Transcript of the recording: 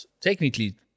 technically